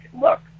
look